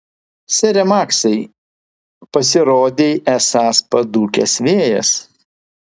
sere maksai pasirodei esąs padūkęs vėjas